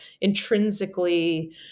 intrinsically